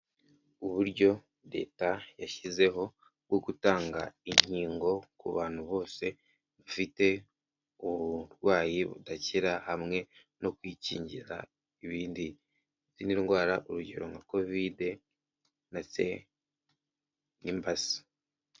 Uburyo leta yashyizeho bwo gutanga inkingo ku bantu bose bafite uburwayi budakira hamwe no kwikingiza ibindi, izindi ndwara urugero nka kavide ndetse n'imbasa.